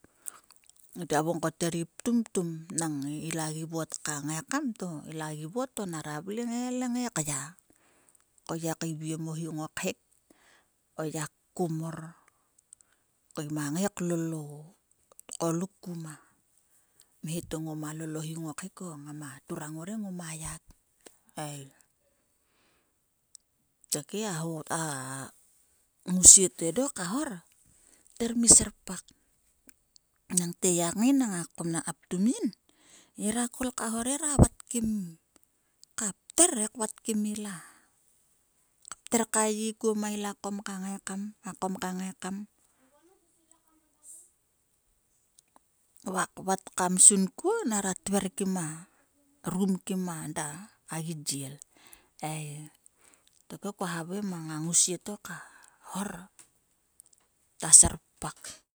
Ngiragia vokom ko ther gi ptum. Nang ila vot ka gi ngaikam to ila gi vot to nera vle le kngai kya. Ko ngiak keiviem o hi ngaro khek o ngiak komor ko yima ngai klol o tgoluk ku ma mhe to ngoma lol o hi ngaro khek ko ngama turang ngor he ngoma ya ei. Tokhe a ho a ngousie to edo ka hor ther mi serpak. Nangte ngiak ngai nang a kom a kom naka plum yin ngiaka kol ka hor kpter vat kuon kim a vot ka ngaikam va kvat ka msun kuon nera rum kim a gieied ei. Tokhe kua havai mang a ngousie to ka hor ta serpak.